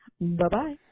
Bye-bye